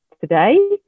today